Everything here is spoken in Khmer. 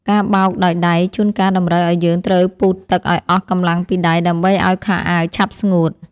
ការបោកដោយដៃជួនកាលតម្រូវឱ្យយើងត្រូវពូតទឹកឱ្យអស់កម្លាំងពីដៃដើម្បីឱ្យខោអាវឆាប់ស្ងួត។